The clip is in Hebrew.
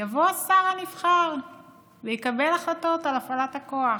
יבוא השר הנבחר ויקבל החלטות על הפעלת הכוח,